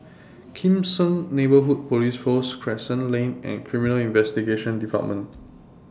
Kim Seng Neighbourhood Police Post Crescent Lane and Criminal Investigation department